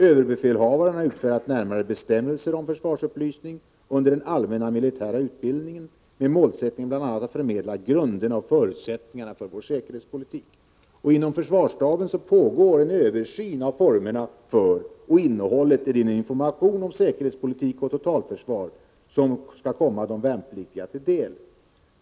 Överbefälhavaren har utfärdat närmare bestämmelser om försvarsupplysning under den allmänna militära utbildningen, med bl.a. målet att förmedla grunderna och förutsättningarna för vår säkerhetspolitik. Inom försvarsstaben pågår också en översyn av formerna för och innehållet i den information om säkerhetspolitik och totalförsvar som skall komma de värnpliktiga till del.